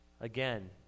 Again